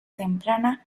temprana